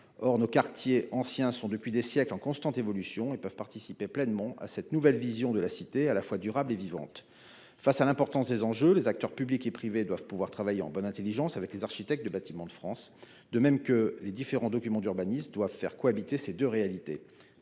Or nos quartiers anciens sont en constante évolution depuis des siècles et ils peuvent participer pleinement à cette nouvelle vision de la cité, à la fois durable et vivante. Face à l'importance des enjeux, les acteurs publics et privés doivent pouvoir travailler en bonne intelligence avec les architectes des Bâtiments de France ; de même, les différents documents d'urbanisme doivent faire cohabiter ces deux exigences